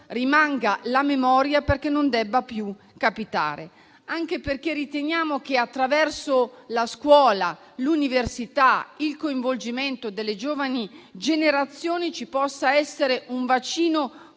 rimanga la memoria, perché non debba più capitare. Questo anche perché riteniamo che, attraverso la scuola, l'università, il coinvolgimento delle giovani generazioni, possa esserci un vaccino